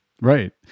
Right